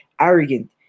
arrogant